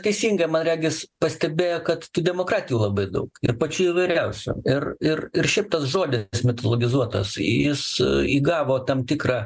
teisingai man regis pastebėjo kad demokratijų labai daug ir pačių įvairiausių ir ir ir šitas žodis mitologizuotas jis įgavo tam tikrą